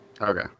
Okay